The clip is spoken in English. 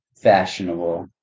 fashionable